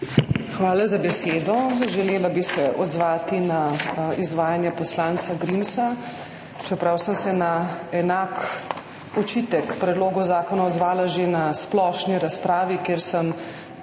Hvala za besedo. Želela bi se odzvati na izvajanje poslanca Grimsa, čeprav sem se na enak očitek predlogu zakona odzvala že na splošni razpravi, kjer sem